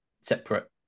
separate